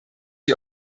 die